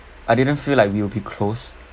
I didn't feel like we'll be close